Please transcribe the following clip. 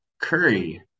curry